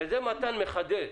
ואת זה מתן כהנא מחדד.